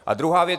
A druhá věc.